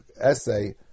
essay